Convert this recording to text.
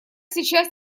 сейчас